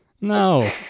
No